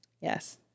Yes